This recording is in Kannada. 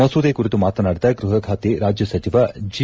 ಮಸೂದೆ ಕುರಿತು ಮಾತನಾಡಿದ ಗೃಹ ಖಾತೆ ರಾಜ್ಯ ಸಚಿವ ಜಿ